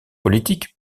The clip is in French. politique